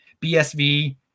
BSV